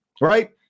right